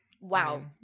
wow